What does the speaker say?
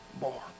more